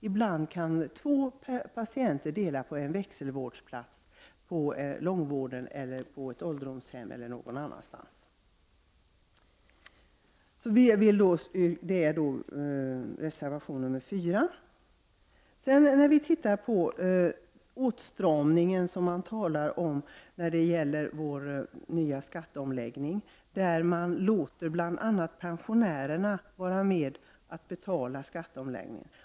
Ibland kan nämligen två patienter dela på en växelvårdsplats inom långvården, på ett ålderdomshem eller någon annanstans. Detta tas upp i reservation 4. Den åtstramning med anledning av skatteomläggningen som det talas om innebär att pensionärerna får vara med och betala skatteomläggningen.